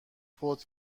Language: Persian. فوت